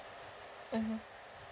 mmhmm